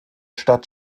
stadt